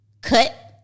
cut